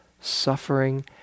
suffering